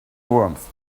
warmth